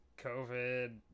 COVID